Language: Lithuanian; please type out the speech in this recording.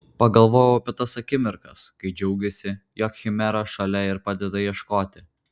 pagalvojo apie tas akimirkas kai džiaugėsi jog chimera šalia ir padeda ieškoti